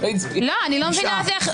הצבעה לא אושרו.